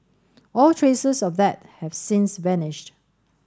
all traces of that have since vanished